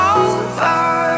over